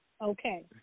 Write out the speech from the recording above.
Okay